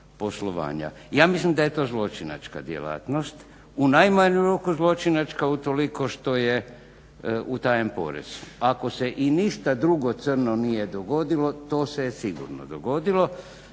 Ja mislim da je to zločinačka djelatnost, u najmanju ruku zločinačka utoliko što je utajen porez. Ako se i ništa drugo crno nije dogodilo to se sigurno dogodilo.